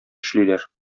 эшлиләр